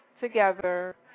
together